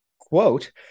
quote